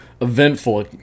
eventful